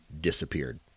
disappeared